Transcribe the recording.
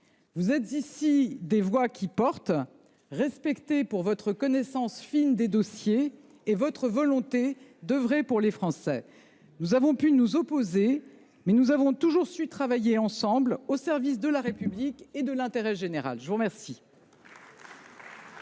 vous êtes ici des voix qui portent, vous êtes respectés pour votre connaissance fine des dossiers et votre volonté d'oeuvrer pour les Français. Nous avons pu nous opposer, mais nous avons toujours su travailler ensemble au service de la République et de l'intérêt général. Madame